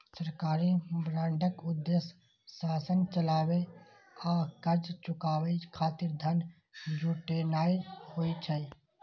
सरकारी बांडक उद्देश्य शासन चलाबै आ कर्ज चुकाबै खातिर धन जुटेनाय होइ छै